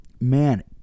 man